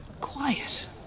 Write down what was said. quiet